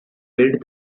build